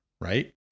right